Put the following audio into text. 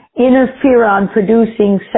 interferon-producing